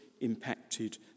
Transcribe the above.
impacted